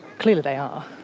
clearly they are?